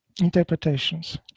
interpretations